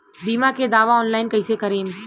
बीमा के दावा ऑनलाइन कैसे करेम?